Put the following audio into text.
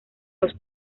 los